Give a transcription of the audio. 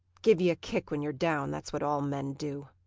give you a kick when you're down, that's what all men do.